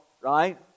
right